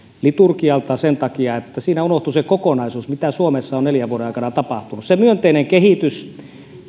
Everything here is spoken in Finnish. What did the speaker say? liturgialta sen takia että siinä unohtui se kokonaisuus mitä suomessa on neljän vuoden aikana tapahtunut se myönteinen kehitys